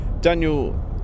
Daniel